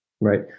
right